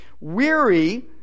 Weary